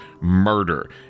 murder